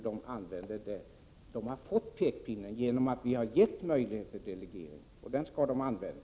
De har fått pekpinnen genom att de har fått möjlighet till delegering, och den möjligheten skall de använda.